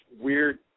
weird